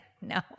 No